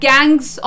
Gangs